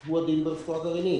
והוא הדין ברפואה גרעינית.